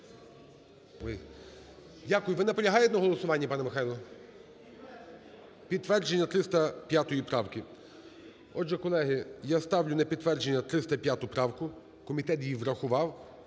Дякую. Ви наполягаєте на голосуванні, пане Михайло? Підтвердження 305 правки? Отже, колеги, я ставлю на голосування 305 правку, комітет її врахував.